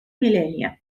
millennium